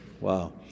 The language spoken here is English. wow